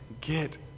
get